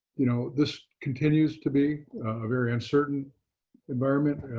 you know this continues to be a very uncertain environment